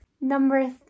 Number